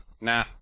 Nah